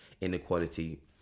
inequality